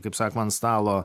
kaip sakoma ant stalo